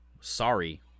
Sorry